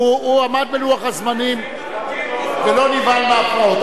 הוא עמד בלוח הזמנים ולא נבהל מהפרעות.